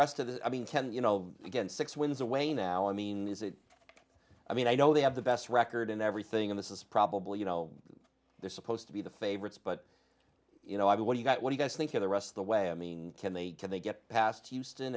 rest of it i mean can you know again six wins away now i mean is it i mean i know they have the best record in everything and this is probably you know they're supposed to be the favorites but you know what you got what you guys think of the rest of the way i mean can they can they get past euston